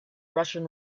russian